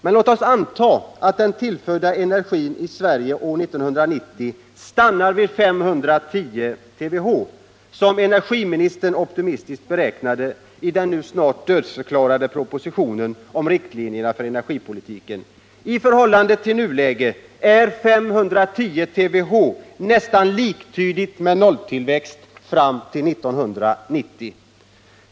Men låt oss anta att den tillförda energin i Sverige år 1990 stannar vid 510 TWh, som energiministern optimistiskt beräknade i den nu snart dödförklarade propositionen om riktlinjer för energipolitiken. I förhållande till nuläget är 510 TWh nästan liktydigt med nolltillväxt fram till 1990.